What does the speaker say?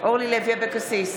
אורלי לוי אבקסיס,